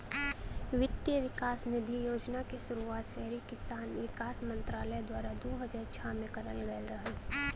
वित्त विकास निधि योजना क शुरुआत शहरी विकास मंत्रालय द्वारा दू हज़ार छह में करल गयल रहल